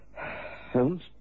Holmes